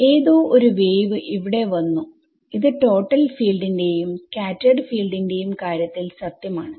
ഏതോ ഒരു വേവ് ഇവിടെ വന്നു ഇത് ടോട്ടൽ ഫീൽഡ് ന്റെയും സ്കാറ്റെർഡ് ഫീൽഡ് ന്റെ യും കാര്യത്തിൽ സത്യം ആണ്